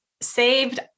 saved